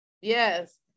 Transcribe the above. Yes